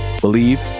believe